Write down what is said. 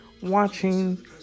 watching